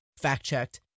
fact-checked